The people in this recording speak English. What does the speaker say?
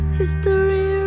history